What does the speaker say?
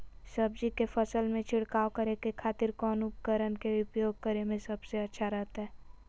सब्जी के फसल में छिड़काव करे के खातिर कौन उपकरण के उपयोग करें में सबसे अच्छा रहतय?